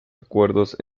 acuerdos